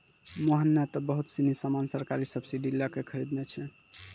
मोहन नं त बहुत सीनी सामान सरकारी सब्सीडी लै क खरीदनॉ छै